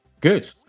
Good